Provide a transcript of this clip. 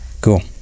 Cool